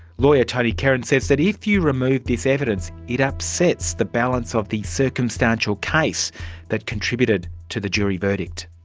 lawyer tony kerin says that if you remove this evidence, it upsets the balance of the circumstantial case that contributed to the jury verdict.